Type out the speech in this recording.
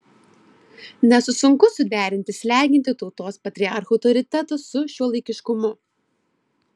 nes sunku suderinti slegiantį tautos patriarcho autoritetą su šiuolaikiškumu